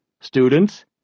Students